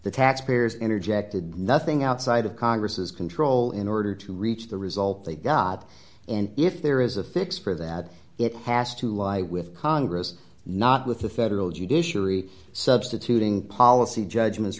the tax payers energy acted nothing outside of congress's control in order to reach the result they got and if there is a fix for that it has to lie with congress not with the federal judiciary substituting policy judgments